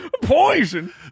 Poison